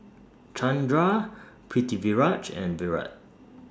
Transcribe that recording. Chandra Pritiviraj and Virat